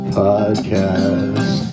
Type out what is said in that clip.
podcast